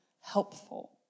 helpful